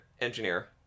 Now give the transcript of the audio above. engineer